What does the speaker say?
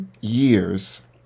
years